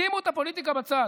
שימו את הפוליטיקה בצד.